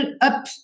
up